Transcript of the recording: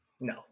No